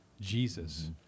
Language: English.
Jesus